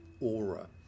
aura